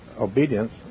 obedience